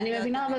אני מבינה,